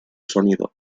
sonido